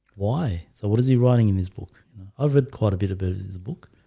why so what is he writing in his book? i've read quite a bit a bit of it as a book